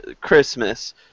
Christmas